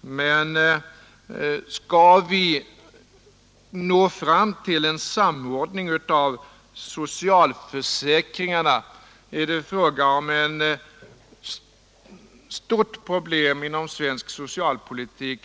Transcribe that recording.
men skall vi nå fram till en samordning av socialförsäkringarna, är det fråga om en stor sak inom svensk socialpolitik.